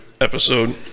episode